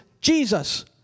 Jesus